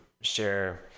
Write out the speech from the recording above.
share